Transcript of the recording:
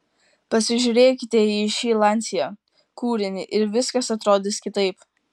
pasižiūrėkite į šį lancia kūrinį ir viskas atrodys kitaip